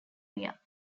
area